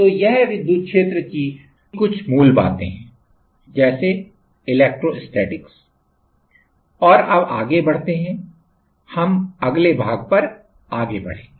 तो यह विद्युत क्षेत्र की कुछ मूल बातें हैं जैसे इलेक्ट्रोस्टैटिक्स और अब आगे बढ़ते हैं हम अगले भाग पर आगे बढ़ेंगे